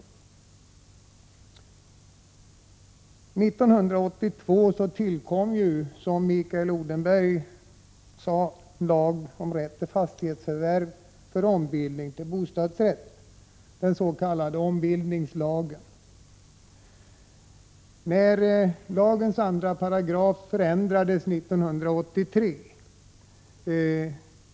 1982 tillkom, som Mikael Odenberg sade, lag om rätt till fastighetsförvärv för ombildning till bostadsrätt, den s.k. ombildningslagen. Lagens andra paragraf ändrades 1983.